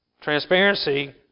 Transparency